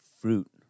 fruit